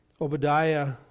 Obadiah